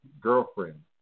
girlfriend